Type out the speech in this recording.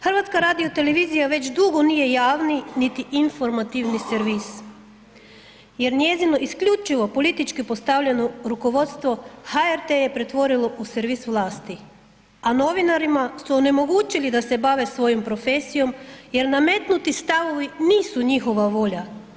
HRT već drugo nije javni, niti informativni servis jer njezino isključivo politički postavljeno rukovodstvo HRT je pretvorilo u servis vlasti, a novinarima su onemogućili da se bave svojoj profesijom jer nametnuti stavovi nisu njihova volja.